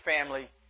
family